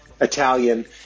Italian